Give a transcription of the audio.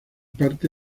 parte